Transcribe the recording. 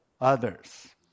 others